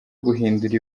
guhindura